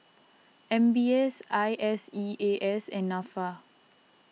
M B S I S E A S and Nafa